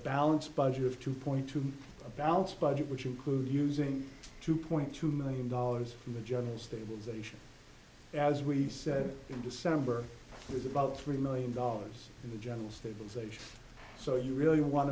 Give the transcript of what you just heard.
balanced budget of two point two a balanced budget which include using two point two million dollars from the general stabilization as we said in december it was about three million dollars in the general stabilization so you really want